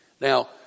Now